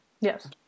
Yes